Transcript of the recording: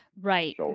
Right